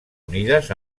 unides